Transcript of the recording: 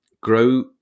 grow